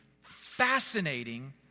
fascinating